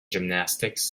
gymnastics